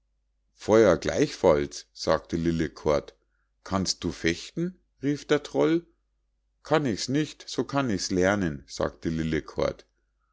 feuer gleichfalls sagte lillekort kannst du fechten rief der troll kann ich's nicht so kann ich's lernen sagte